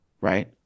right